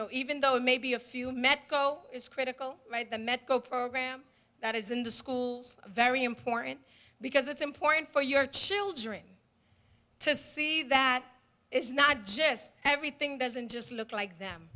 know even though it may be a few met go it's critical the medco program that is in the schools very important because it's important for your children to see that it's not just everything doesn't just look like them